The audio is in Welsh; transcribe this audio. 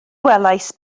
welais